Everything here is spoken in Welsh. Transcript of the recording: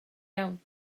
iawn